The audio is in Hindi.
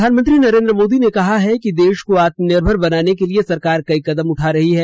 प्रधानमंत्री नरेन्द्र मोदी ने कहा है कि देश को आत्मनिर्भर बनाने के लिए सरकार कई कदम उठा रही है